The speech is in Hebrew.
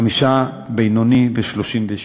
חמישה בינוני ו-32